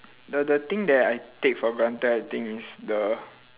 the the thing that I take for granted I think is the